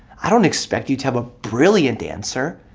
i don't expect you to have a brilliant answer,